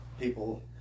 people